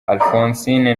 alphonsine